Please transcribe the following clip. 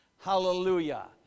hallelujah